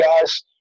guys